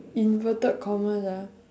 inverted commas ah